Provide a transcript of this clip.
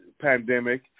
pandemic